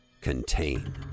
Contain